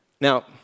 Now